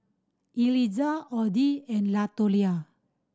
Eliza Oddie and Latoria